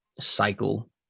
cycle